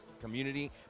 community